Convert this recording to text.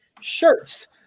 shirts